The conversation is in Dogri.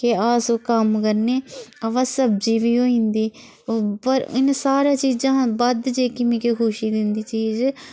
के अस कम करने अवा सब्जी बी होई जंदी उद्धर इनें सारे चीज़ां शा बद्ध जेह्की मिगी ख़ुशी दिन्दी चीज